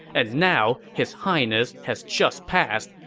and now, his highness has just passed.